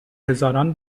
هزاران